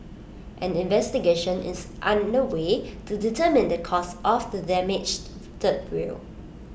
an investigation is under way to determine the cause of the damaged third rail